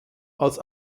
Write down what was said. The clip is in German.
als